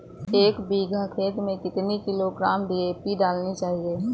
एक बीघा खेत में कितनी किलोग्राम डी.ए.पी डालनी चाहिए?